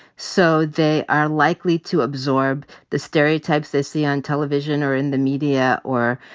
so they are likely to absorb the stereotypes they see on television or in the media or,